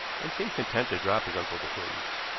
and seemed content to drop his uncle's acquaintance.